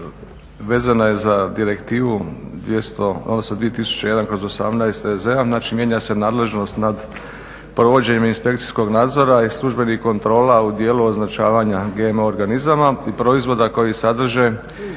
vezana je za inicijativu 2001/18 EZ znači mijenja se nadležnost nad provođenjem inspekcijskog nadzora i službenih kontrola u dijelu označavanja GMO organizama i proizvoda koji sadrže